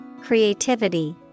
creativity